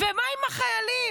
ומה עם החיילים?